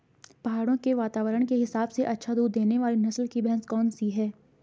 पहाड़ों के वातावरण के हिसाब से अच्छा दूध देने वाली नस्ल की भैंस कौन सी हैं?